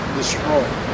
destroyed